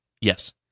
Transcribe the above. Yes